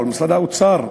או משרד האוצר,